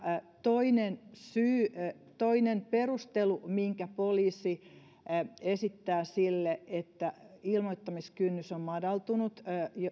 toinen toinen perustelu minkä poliisi esittää sille että ilmoittamiskynnys on madaltunut